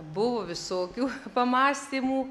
buvo visokių pamąstymų